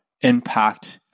impact